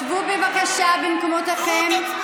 שבו, בבקשה, במקומותיכם.